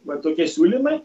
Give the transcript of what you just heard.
va tokie siūlymai